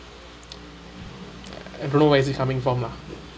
I don't know where is it coming form lah